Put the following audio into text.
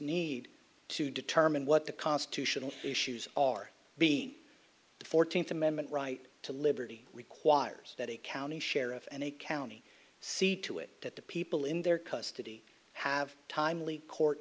need to determine what the constitutional issues are being the fourteenth amendment right to liberty requires that a county sheriff and a county see to it that the people in their custody have timely court